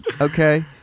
okay